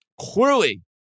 clearly